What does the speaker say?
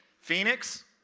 Phoenix